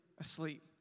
asleep